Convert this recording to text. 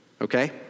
Okay